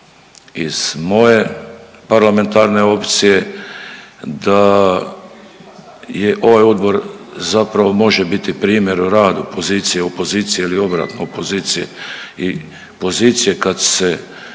iz moje parlamentarne opcije da je ovaj odbor zapravo može biti primjer u radu pozicije, opozicije ili obratno opozicije i pozicije kad se